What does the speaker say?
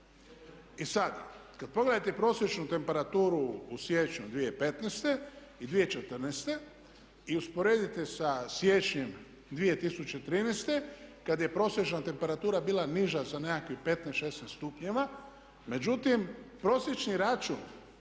I sada, kad pogledate prosječnu temperaturu u siječnju 2015. i 2014. i usporedite sa siječnjem 2013. kad je prosječna temperatura bila niža za nekakvih 15, 16 stupnjeva. Međutim, prosječni račun